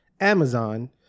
Amazon